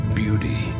beauty